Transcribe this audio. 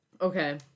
Okay